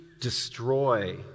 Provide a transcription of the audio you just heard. destroy